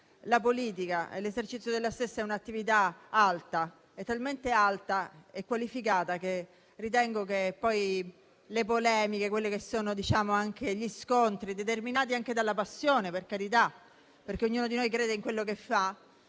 la politica e l'esercizio della stessa è un'attività alta, talmente alta e qualificata, che ritengo che le polemiche e gli scontri - determinati anche dalla passione, per carità, perché ognuno di noi crede in quello che fa